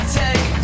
take